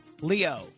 Leo